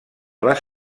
les